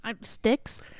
Sticks